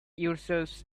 yourselves